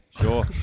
Sure